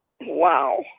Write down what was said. Wow